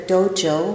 Dojo